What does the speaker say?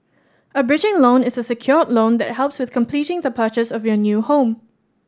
a bridging loan is a secured loan that helps with completing the purchase of your new home